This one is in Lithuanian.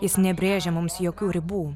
jis nebrėžia mums jokių ribų